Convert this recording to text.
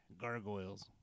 gargoyles